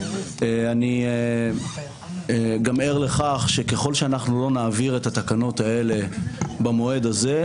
אני גם ער לכך שככל שאנחנו לא נעביר את התקנות האלה במועד הזה,